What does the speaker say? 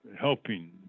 helping